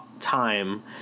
time